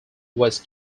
was